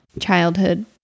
childhood